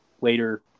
later